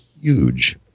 huge